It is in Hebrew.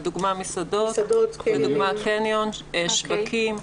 לדוגמה, מסעדות, לדוגמה קניון, שווקים.